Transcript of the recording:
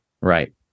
Right